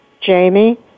Jamie